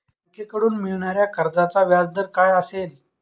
बँकेकडून मिळणाऱ्या कर्जाचा व्याजदर काय असेल?